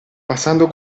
passando